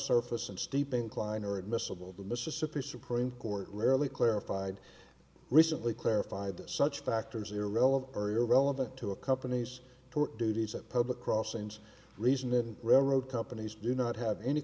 surface and steep incline or admissible the mississippi supreme court rarely clarified recently clarified that such factors irrelevant or irrelevant to a company's duties at public crossings reason and road companies do not have any